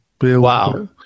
Wow